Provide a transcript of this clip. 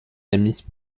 ami